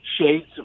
shades